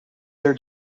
their